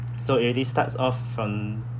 so it already starts off from